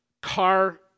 car